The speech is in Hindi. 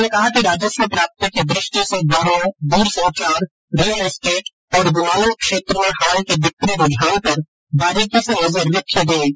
उन्होंने कहा कि राजस्व प्राप्ति की दृष्टि से वाहनों द्रसंचार रियल एस्टेट और विमानन क्षेत्र में हाल के बिक्री रूझान पर बारीकी से नजर रखी गई